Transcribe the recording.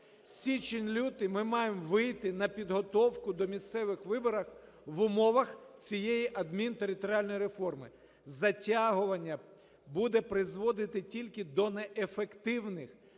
січень-лютий ми маємо вийти на підготовку до місцевих вибрів в умовах цієї адмінтериторіальної реформи. Затягування буде призводити тільки до неефективного